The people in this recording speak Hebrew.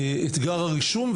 אתגר הרישום,